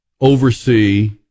oversee